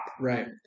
Right